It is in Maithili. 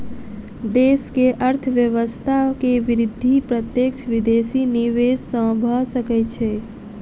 देश के अर्थव्यवस्था के वृद्धि प्रत्यक्ष विदेशी निवेश सॅ भ सकै छै